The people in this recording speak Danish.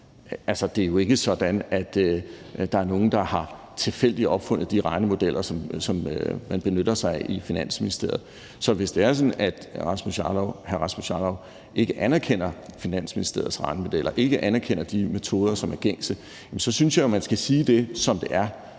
det er jo ikke sådan, at der er nogle, der tilfældigt har opfundet de regnemodeller, som man benytter sig af i Finansministeriet. Så hvis det er sådan, at hr. Rasmus Jarlov ikke anerkender Finansministeriets regnemodeller og ikke anerkender de metoder, som er gængse, så synes jeg jo, at man skal sige det, som det er.